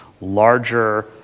larger